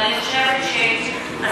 ואני חושבת שהשר,